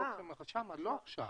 לא עכשיו.